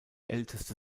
älteste